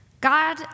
God